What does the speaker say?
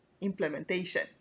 implementation